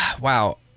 wow